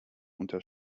unter